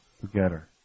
together